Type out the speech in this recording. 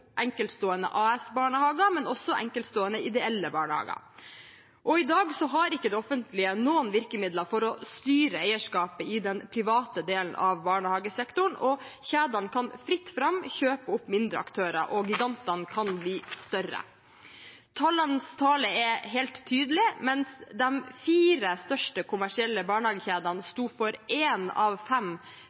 enkeltstående AS-barnehager, men også enkeltstående ideelle barnehager. I dag har ikke det offentlige noen virkemidler for å styre eierskapet i den private delen av barnehagesektoren. Det er fritt fram for kjedene å kjøpe opp mindre aktører, og gigantene kan bli større. Tallenes tale er helt tydelig: Mens de fire største kommersielle barnehagekjedene sto for én av fem